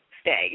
stay